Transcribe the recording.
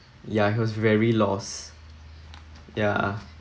ya he was very lost ya